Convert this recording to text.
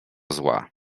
zła